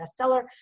bestseller